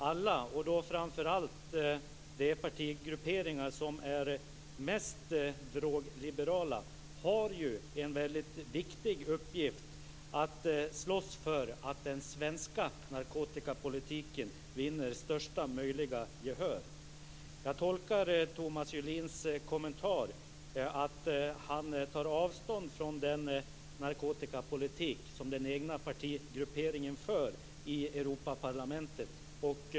Alla, framför allt de partigrupperingar som är mest drogliberala, har en väldigt viktig uppgift i att slåss för att den svenska narkotikapolitiken vinner största möjliga gehör. Jag tolkar Thomas Julins kommentar som att han tar avstånd från den narkotikapolitik som den egna partigrupperingen för i Europaparlamentet.